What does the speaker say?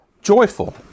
joyful